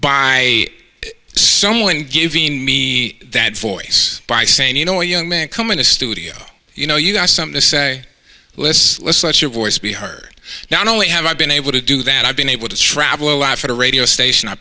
by someone giving me that voice by saying you know young man come in the studio you know you've got something to say let's let's let your voice be heard not only have i been able to do that i've been able to travel a lot for the radio station i